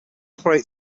operate